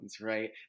right